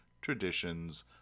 traditions